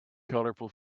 colorful